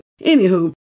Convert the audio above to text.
Anywho